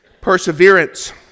perseverance